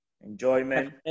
enjoyment